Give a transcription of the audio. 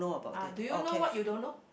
ah do you know what you don't know